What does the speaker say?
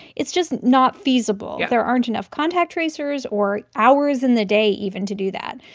it's just not feasible. there aren't enough contact tracers or hours in the day, even, to do that,